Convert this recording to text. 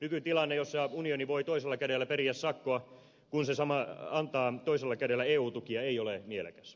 nykytilanne jossa unioni voi toisella kädellä periä sakkoa kun se antaa toisella kädellä eu tukia ei ole mielekäs